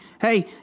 hey